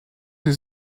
sie